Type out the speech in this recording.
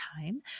time